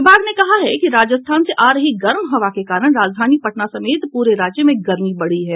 विभाग ने कहा है कि राजस्थान से आ रही गर्म हवा के कारण राजधानी पटना समेत पूरे राज्य में गर्मी बढ़ी है